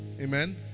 amen